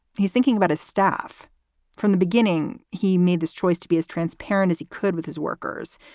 he's thinking about a staff from the beginning. he made this choice to be as transparent as he could with his workers,